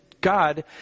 God